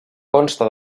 consta